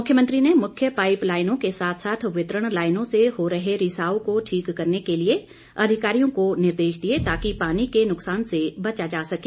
मुख्यमंत्री ने मुख्य पाईप लाईनों के साथ साथ वितरण लाईनों से हो रहे रिसाव को ठीक करने के अधिकारियों को निर्देश दिए ताकि पानी के नुकसान से बचा जा सके